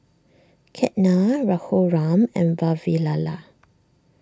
Ketna Raghuram and Vavilala